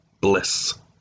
bliss